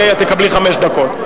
בבקשה, תקבלי חמש דקות.